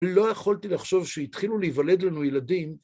לא יכולתי לחשוב שהתחילו להיוולד לנו ילדים.